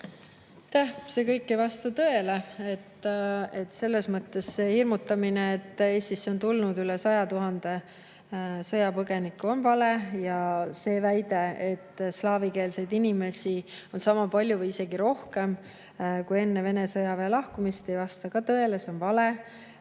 See kõik ei vasta tõele. See hirmutamine, et Eestisse on tulnud üle 100 000 sõjapõgeniku, on vale. Ja see väide, et slaavikeelseid inimesi on meil sama palju või isegi rohkem kui enne Vene sõjaväe lahkumist, ei vasta tõele. See on vale.